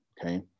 okay